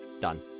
Done